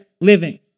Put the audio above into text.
living